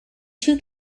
two